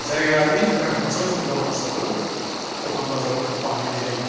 जायगायारि रांखान्थियाव जोङो बर' भासाखौ दखान बाजाराव बाहायनाय जायो